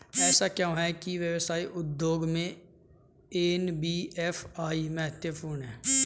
ऐसा क्यों है कि व्यवसाय उद्योग में एन.बी.एफ.आई महत्वपूर्ण है?